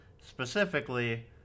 specifically